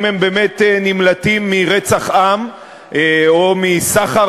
אם הם באמת נמלטים מרצח עַם או מסחר